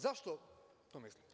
Zašto to mislim?